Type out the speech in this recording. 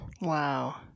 Wow